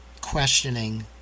questioning